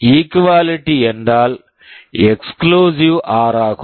equality equality என்றால் exclusive or exclusive OR ஆகும்